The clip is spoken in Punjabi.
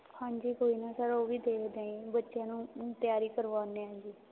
ਹਾਂਜੀ ਕੋਈ ਨਾ ਸਰ ਉਹ ਵੀ ਦੇਖ ਦੇ ਹਾਂ ਜੀ ਬੱਚਿਆਂ ਨੂੰ ਤਿਆਰੀ ਕਰਵਾਉਦੇ ਹਾਂ ਜੀ